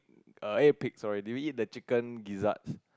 err I ate pig sorry do you eat the chicken gizzards